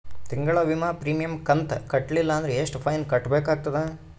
ತಿಂಗಳ ವಿಮಾ ಪ್ರೀಮಿಯಂ ಕಂತ ಕಟ್ಟಲಿಲ್ಲ ಅಂದ್ರ ಎಷ್ಟ ಫೈನ ಕಟ್ಟಬೇಕಾಗತದ?